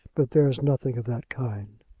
but there is nothing of that kind.